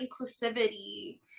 inclusivity